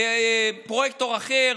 פרויקטור אחר,